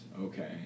Okay